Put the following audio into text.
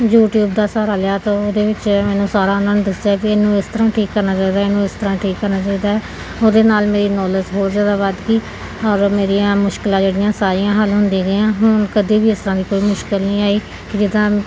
YouTube ਦਾ ਸਹਾਰਾ ਲਿਆ ਤਾਂ ਉਹਦੇ ਵਿੱਚ ਮੈਨੂੰ ਸਾਰਾ ਉਨ੍ਹਾਂ ਨੇ ਦੱਸਿਆ ਵੀ ਇਹਨੂੰ ਇਸ ਤਰ੍ਹਾਂ ਠੀਕ ਕਰਨਾ ਚਾਹੀਦਾ ਹੈ ਇਹਨੂੰ ਇਸ ਤਰ੍ਹਾਂ ਠੀਕ ਕਰਨਾ ਚਾਹੀਦਾ ਹੈ ਉਹਦੇ ਨਾਲ ਮੇਰੀ ਨੌਲੇਜ ਹੋਰ ਜ਼ਿਆਦਾ ਵੱਧ ਗਈ ਔਰ ਮੇਰੀਆਂ ਮੁਸ਼ਕਲਾਂ ਜਿਹੜੀਆਂ ਸਾਰੀਆਂ ਹੱਲ ਹੁੰਦੀਆਂ ਗਈਆਂ ਹੁਣ ਕਦੀ ਵੀ ਇਸ ਤਰ੍ਹਾਂ ਦੀ ਕੋਈ ਮੁਸ਼ਕਲ ਨਹੀਂ ਆਈ ਕਿ ਜਿੱਦਾਂ